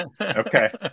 Okay